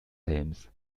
helms